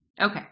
Okay